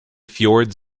fjords